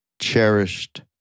cherished